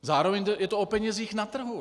Zároveň je to o penězích na trhu.